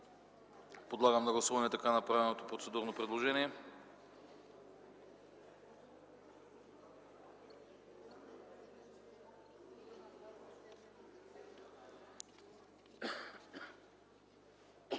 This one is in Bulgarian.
Подлагам на гласуване така направеното процедурно предложение.